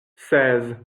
seize